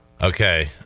Okay